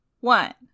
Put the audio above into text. one